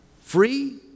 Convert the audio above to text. Free